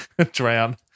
Drown